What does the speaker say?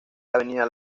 avenida